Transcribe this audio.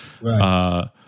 Right